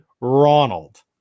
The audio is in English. Ronald